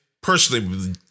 personally